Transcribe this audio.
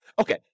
Okay